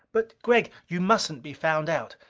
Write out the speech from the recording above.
but, gregg you mustn't be found out.